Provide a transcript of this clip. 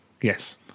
yes